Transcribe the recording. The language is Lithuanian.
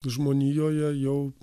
žmonijoje jau